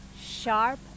sharp